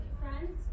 friends